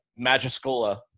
Magiscola